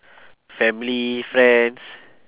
family friends